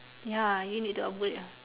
ya you need to upgrade ah